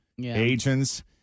agents